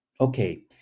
Okay